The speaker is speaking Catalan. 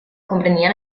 comprenia